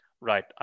Right